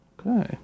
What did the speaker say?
Okay